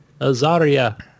Azaria